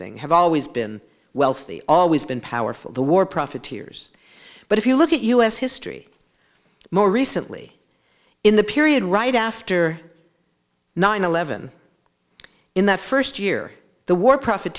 thing have always been wealthy always been powerful the war profiteers but if you look at u s history more recently in the period right after nine eleven in that first year the war